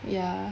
ya